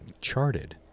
charted